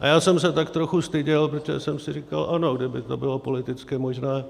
A já jsem se tak trochu styděl, protože jsem si říkal: Ano, kdyby to bylo politicky možné,